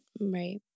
Right